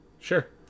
Sure